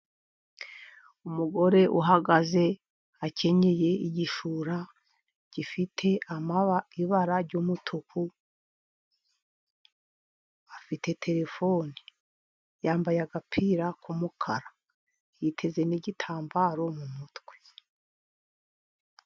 Umugore uhagaze akenyeye igishura gifite ibara ry'umutuku, afite terefone, yambaye agapira k'umukara, yiteze n'igitambaro mu mutwe.